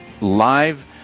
Live